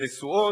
נשואות,